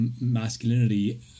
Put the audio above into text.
masculinity